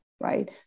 right